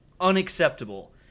unacceptable